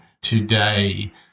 today